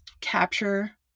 capture